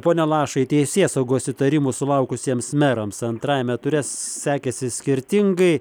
pone lašai teisėsaugos įtarimų sulaukusiems merams antrajame ture sekėsi skirtingai